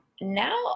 Now